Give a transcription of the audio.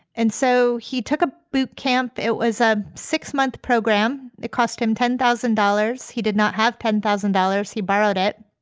and so he took a boot camp. it was a six month program. cost him ten thousand dollars. he did not have ten thousand dollars. he borrowed it.